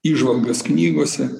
įžvalgas knygose